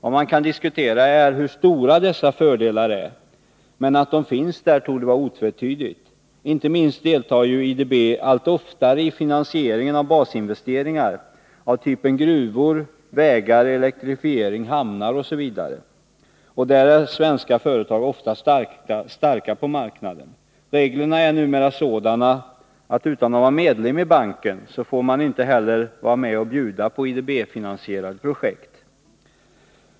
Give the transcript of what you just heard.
Vad man kan diskutera är hur stora dessa fördelar är, men att de finns där torde vara otvetydigt. Inte minst deltar ju IDB allt oftare i finansieringen av basinvesteringar av typen gruvor, vägar, elektrifiering, hamnar osv., och där är svenska företag ofta starka på marknaden. Reglerna är numera sådana att om man inte är medlem i banken får man inte heller vara med och bjuda på IDB-finansierade projekt.